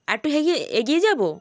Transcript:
আরেকটু এগিয়ে এগিয়ে যাবো